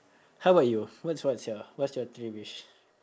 how about you what's what's your what's your three wish